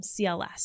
CLS